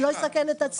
ולא יסכן את עצמו.